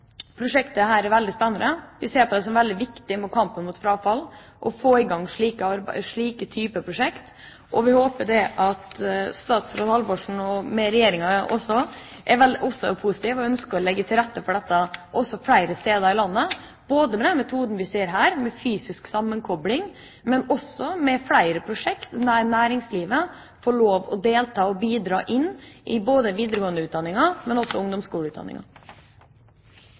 er veldig spennende. Vi ser på det som veldig viktig i kampen mot frafall å få i gang slike typer prosjekt, og vi håper at statsråd Halvorsen – og resten av Regjeringen – også er positive og ønsker å legge til rette for dette også flere steder i landet, både med bakgrunn i den metoden vi ser her, med fysisk sammenkobling, og med bakgrunn i flere prosjekter der næringslivet får lov å delta og komme inn og bidra både